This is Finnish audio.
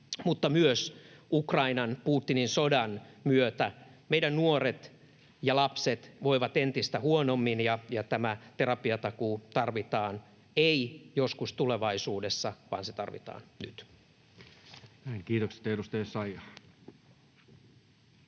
mutta myös Ukrainan, Putinin sodan, myötä — meidän nuoret ja lapset voivat entistä huonommin, ja tämä terapiatakuu tarvitaan, ei joskus tulevaisuudessa, vaan se tarvitaan nyt. [Speech 120]